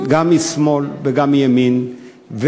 גם משמאל וגם מימין,